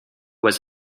was